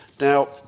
Now